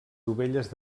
dovelles